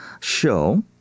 show